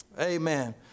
Amen